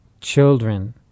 children